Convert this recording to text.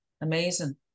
Amazing